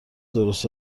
درست